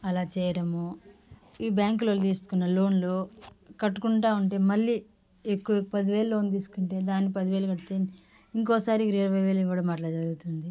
అలా చేయటము ఈ బ్యాంకులో తీసుకున్న లోన్లు కట్టుకుంటా ఉంటే మళ్ళీ ఎక్కువ పదివేలు లోన్ తీసుకుంటే దానికి పదివేలు కట్టి ఇంకోసారి ఇరవై వేలు ఇవ్వడం అట్లా జరుగుతుంది